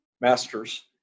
masters